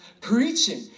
Preaching